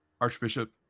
Archbishop